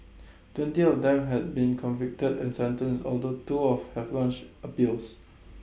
twenty of them have been convicted and sentenced although two have launched appeals